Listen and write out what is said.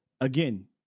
Again